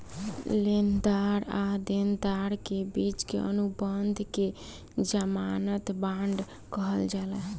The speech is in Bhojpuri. लेनदार आ देनदार के बिच के अनुबंध के ज़मानत बांड कहल जाला